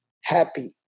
happy